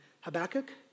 Habakkuk